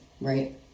right